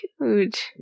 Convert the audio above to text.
Huge